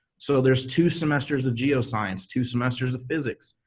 so there's two semesters of geoscience, two semesters of physics,